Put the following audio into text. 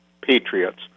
patriots